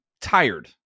tired